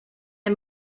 der